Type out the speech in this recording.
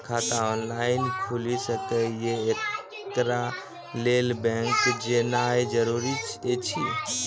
खाता ऑनलाइन खूलि सकै यै? एकरा लेल बैंक जेनाय जरूरी एछि?